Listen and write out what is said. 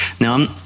Now